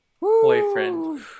boyfriend